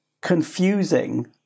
confusing